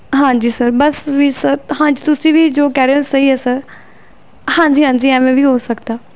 ਹਾਂਜੀ ਸਰ ਬਸ ਵੀ ਸਰ ਹਾਂਜੀ ਤੁਸੀਂ ਵੀ ਜੋ ਕਹਿ ਰਹੇ ਹੋ ਸਹੀ ਹੈ ਸਰ ਹਾਂਜੀ ਹਾਂਜੀ ਐਵੇਂ ਵੀ ਹੋ ਸਕਦਾ